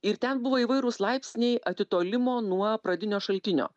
ir ten buvo įvairūs laipsniai atitolimo nuo pradinio šaltinio